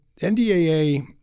NDAA